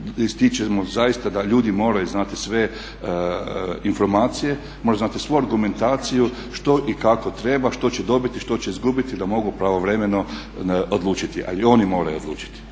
ističem zaista da ljudi moraju znati sve informacije, moraju znati svu argumentaciju što i kako treba, što će dobiti, što će izgubiti da mogu pravovremeno odlučiti. Ali oni moraju odlučiti,